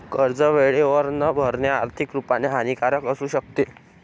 कर्ज वेळेवर न भरणे, आर्थिक रुपाने हानिकारक असू शकते